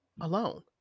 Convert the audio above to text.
alone